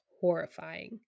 horrifying